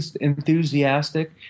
enthusiastic